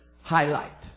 highlight